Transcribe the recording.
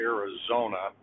Arizona